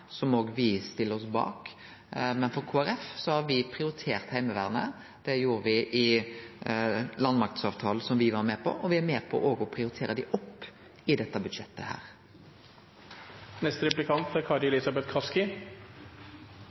som òg me stiller oss bak. Men Kristeleg Folkeparti har prioritert Heimevernet. Det gjorde me i landmaktavtalen som me var med på, og me er òg med på å prioritere det opp i dette budsjettet.